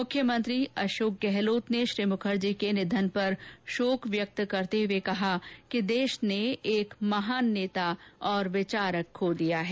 मुख्यमंत्री अशोक गहलोत ने श्री मुखर्जी के निधन पर शोक व्यक्त करते हुए कहा कि देश ने एक महान नेता और विचारक खो दिया है